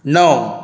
णव